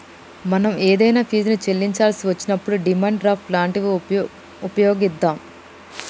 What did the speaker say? మనం ఏదైనా ఫీజుని చెల్లించాల్సి వచ్చినప్పుడు డిమాండ్ డ్రాఫ్ట్ లాంటివి వుపయోగిత్తాం